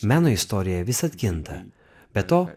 meno istorija visad kinta be to